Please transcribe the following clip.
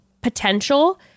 potential